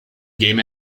game